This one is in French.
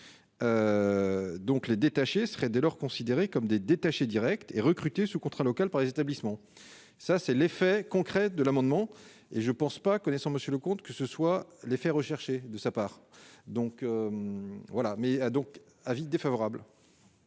donc les détacher serait dès lors considérés comme des détaché Direct et recrutés sous contrat local par les établissements, ça c'est l'effet concret de l'amendement et je pense pas que Monsieur le comte, que ce soit l'effet recherché, de sa part, donc voilà, mais a donc un avis défavorable.